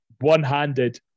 one-handed